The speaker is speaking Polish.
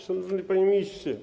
Szanowny Panie Ministrze!